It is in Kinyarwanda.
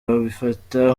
babifata